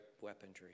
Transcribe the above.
weaponry